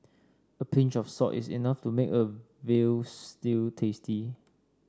a pinch of salt is enough to make a veal stew tasty